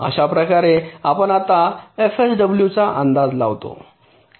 अशाप्रकारे आपण आता एफएसडब्ल्यूचा अंदाज लावतो